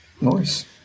Nice